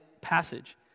passage